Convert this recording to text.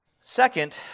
second